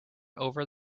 over